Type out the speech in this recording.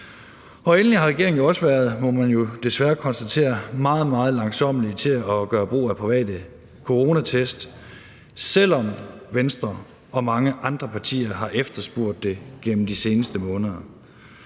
Endelig har regeringen også været, må man jo desværre konstatere, meget, meget langsommelige til at gøre brug af private coronatest, selv om Venstre og mange andre partier har efterspurgt det gennem de seneste måneder.